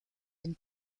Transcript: den